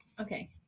Okay